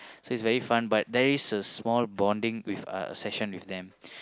so it's very fun but there is a small bonding with uh session with them